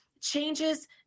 changes